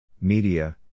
media